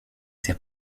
ses